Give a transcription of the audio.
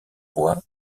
bois